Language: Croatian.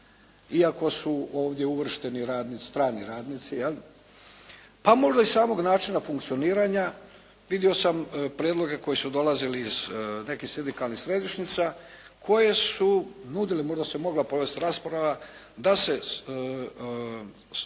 iako su ovdje uvršteni strani radnici pa možda iz samog načina funkcioniranja, vidio sam prijedloge koji su dolazili iz nekih sindikalnih središnjica koje su nudile, možda se mogla provesti rasprava da se sama